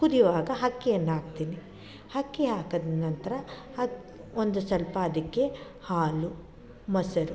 ಕುದಿವಾಗ ಅಕ್ಕಿಯನ್ನು ಹಾಕ್ತೀನಿ ಅಕ್ಕಿ ಹಾಕೋದು ನಂತರ ಅದು ಒಂದು ಸ್ವಲ್ಪ ಅದಕ್ಕೆ ಹಾಲು ಮೊಸರು